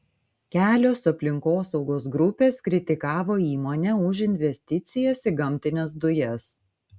kelios aplinkosaugos grupės kritikavo įmonę už investicijas į gamtines dujas